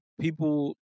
people